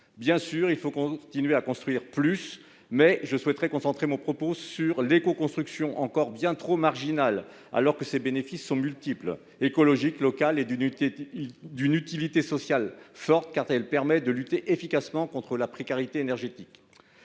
Bien sûr, nous devons continuer à construire plus. Je souhaite concentrer mon propos sur l'écoconstruction, encore bien trop marginale alors que ses bénéfices sont multiples- écologiques, locaux ... -et qu'elle présente une utilité sociale forte, car elle permet de lutter efficacement contre la précarité énergétique.